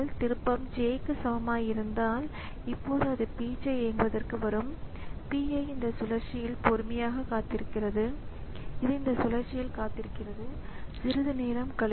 எனவே நீங்கள் ஏதேனும் யுனிக்ஸ் ஆப்பரேட்டிங் ஸிஸ்டத்தைப் பார்த்து எந்த நேரத்திலும் கணினியில் இயங்கும் செயல்முறைகள் என்ன என்பதைக் காண முயற்சித்தால் init என்று பெயரிடப்பட்ட ஒரு செயல்முறையை நீங்கள் காண்பீர்கள்